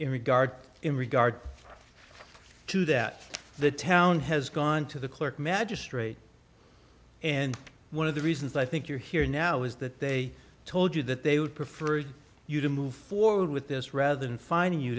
in regard in regard to that the town has gone to the clerk magistrate and one of the reasons i think you're here now is that they told you that they would prefer you to move forward with this rather than finding you